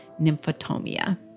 nymphotomia